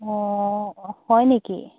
অঁ হয় নেকি